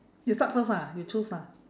you start first ah you choose ah